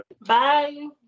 Bye